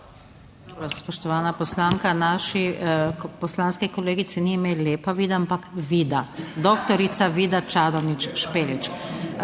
naši poslanski kolegici ni ime Lepa Vida, ampak Vida, doktorica Vida Čadonič Špelič.